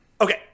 Okay